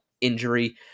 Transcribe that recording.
injury